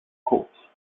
corpse